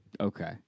Okay